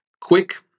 Quick